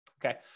Okay